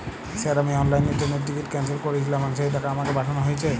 Sir আমি অনলাইনে ট্রেনের টিকিট ক্যানসেল করেছিলাম এবং সেই টাকা আমাকে পাঠানো হয়েছে?